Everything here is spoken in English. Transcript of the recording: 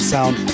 Sound